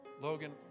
Logan